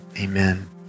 amen